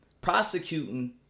prosecuting